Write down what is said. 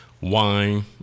wine